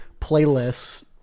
playlists